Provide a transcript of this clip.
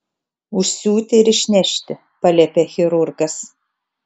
užsiūti ir išnešti paliepė chirurgas